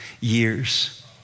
years